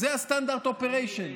זה ה-Standard Operation.